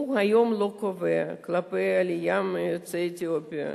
הוא היום לא קובע כלפי העלייה של יוצאי אתיופיה.